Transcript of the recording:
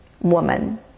woman